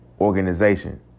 organization